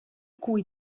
cui